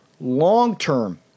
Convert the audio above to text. long-term